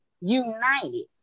united